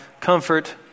Comfort